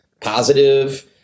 positive